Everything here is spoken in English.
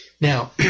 Now